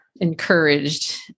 encouraged